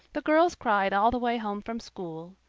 the girls cried all the way home from school.